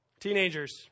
Teenagers